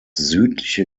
südliche